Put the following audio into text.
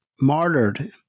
martyred